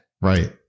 Right